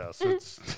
Yes